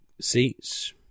seats